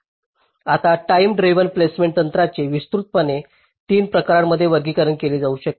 आता time driven placement तंत्राचे विस्तृतपणे 3 प्रकारांमध्ये वर्गीकरण केले जाऊ शकते